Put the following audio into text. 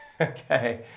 Okay